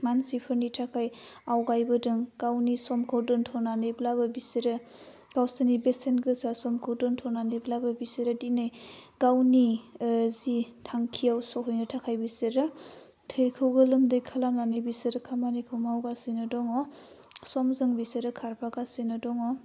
मानसिफोरनि थाखाय आवगायबोदों गावनि समखौ दोन्थ'नानैब्लाबो बिसोरो गावसिनि बेसेन गोसा समखौ दोनथ'नानैब्लाबो बिसोरो दिनै गावनि जि थांखियाव सहैनो थाखाय बेसोरो थैखौ गोलोमदै खालामनानै बिसोरो खामानिखौ मावगासिनो दङ समजों बिसोरो खारफागासिनो दङ